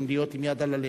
אם להיות עם יד על הלב.